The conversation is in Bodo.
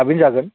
थाबैनो जागोन